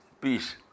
peace